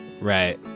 Right